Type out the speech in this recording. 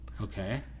Okay